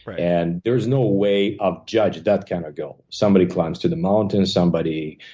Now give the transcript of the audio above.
but and there's no way of judge that kind of goal. somebody climbs to the mountain. somebody